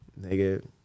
nigga